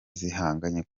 zihanganye